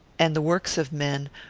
and the works of men,